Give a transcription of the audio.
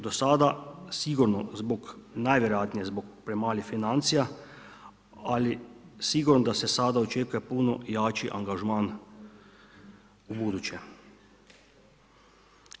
Do sada, sigurno zbog, najvjerojatnije zbog premalih financija ali sigurno da se sada očekuje puno jači angažman ubuduće.